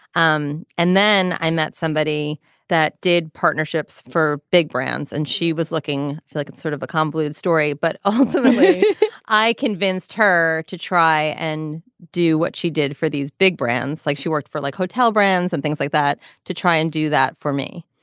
um and then i met somebody that did partnerships for big brands and she was looking for like sort of a convoluted story but ultimately i convinced her to try and do what she did for these big brands like she worked for like hotel brands and things like that to try and do that for me.